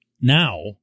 now